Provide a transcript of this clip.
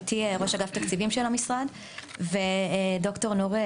איתי נמצא ראש אגף תקציבים של המשרד וד"ר נור,